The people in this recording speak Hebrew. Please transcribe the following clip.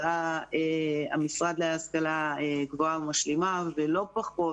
המשרד להשכלה גבוהה ומשלימה ולא פחות